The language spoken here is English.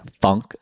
funk